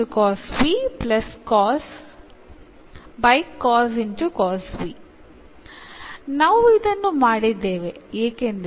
ഇപ്പോൾ ഇൻറെഗ്രേഷൻ എളുപ്പമാകും